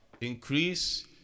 increase